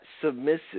submissive